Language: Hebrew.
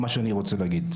אף אחד לא אמר את זה.